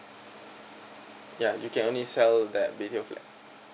ya you can only sell that B_T_O flat